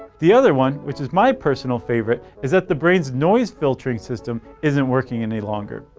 the other one, which is my personal favorite, is that the brain's noise filtering system isn't working any longer.